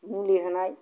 मुलि होनाय